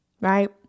right